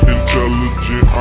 Intelligent